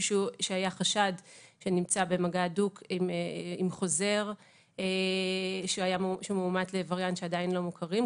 שהיה חשד שנמצא במגע הדוק עם חוזר שמאומת לווריאנטים שעדין לא מוכרים.